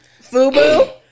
Fubu